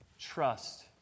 trust